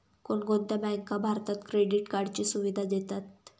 कोणकोणत्या बँका भारतात क्रेडिट कार्डची सुविधा देतात?